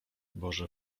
boże